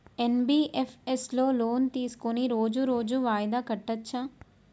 NBFS లో loan తీస్కొని రోజు రోజు వాయిదా కట్టచ్ఛా?